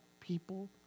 people